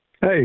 Hey